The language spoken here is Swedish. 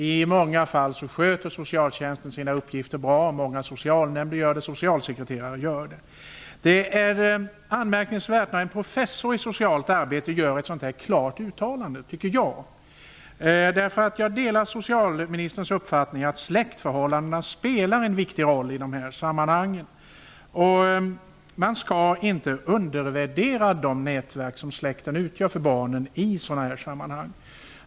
I många fall sköter socialtjänsten sina uppgifter bra. Många socialnämnder och socialsekreterare gör arbetet bra. Jag tycker att det är anmärkningsvärt när en professor i socialt arbetet gör ett sådant klart uttalande. Jag delar socialministerns uppfattning att släktförhållanden spelar en viktig roll i dessa sammanhang. Man skall inte undervärdera de nätverk som släkten utgör för barnen i sådana sammanhang.